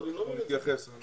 אנחנו נתייחס.